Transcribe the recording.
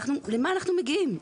למה אנחנו מגיעים?